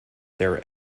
their